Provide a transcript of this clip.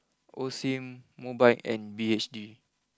Osim Mobike and B H G